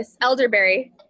elderberry